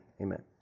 Amen